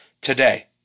today